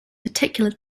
particular